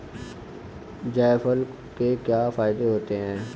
जायफल के क्या फायदे होते हैं?